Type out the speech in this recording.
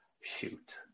shoot